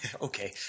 okay